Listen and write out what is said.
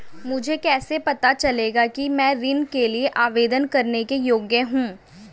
मुझे कैसे पता चलेगा कि मैं ऋण के लिए आवेदन करने के योग्य हूँ?